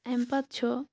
امہِ پَتہٕ چھُ